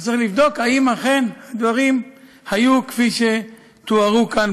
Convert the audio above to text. שצריך לבדוק אם אכן הדברים היו כפי שתוארו כאן.